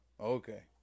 Okay